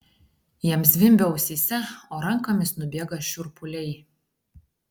jam zvimbia ausyse o rankomis nubėga šiurpuliai